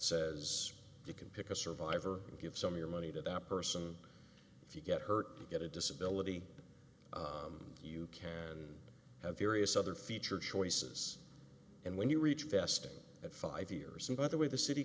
says you can pick a survivor and give some your money to that person if you get hurt you get a disability you can have various other feature choices and when you reach best of five years and by the way the city